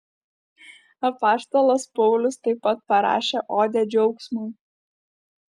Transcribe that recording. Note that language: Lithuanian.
apaštalas paulius taip pat parašė odę džiaugsmui